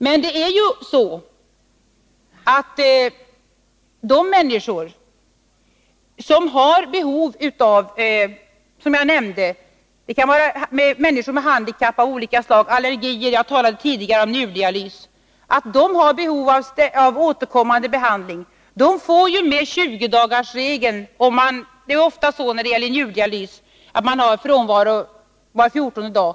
Människor som har behov av återkommande behandling — det kan som jag tidigare nämnde vara människor med handikapp av olika slag, allergiker eller människor som behöver njurdialys — har vi tagit hänsyn till genom 20-dagarsregeln. De som genomgår njurdialys är t.ex. ofta frånvarande var fjortonde dag.